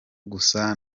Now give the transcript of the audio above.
gusa